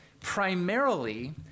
primarily